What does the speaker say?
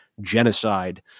genocide